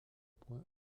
points